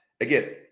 again